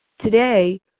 Today